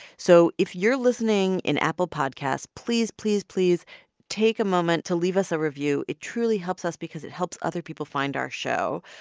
so if you're listening in apple podcasts please, please, please take a moment to leave us a review. it truly helps us because it helps other people find our show.